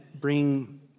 bring